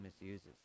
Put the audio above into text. misuses